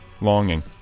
longing